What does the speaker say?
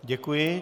Děkuji.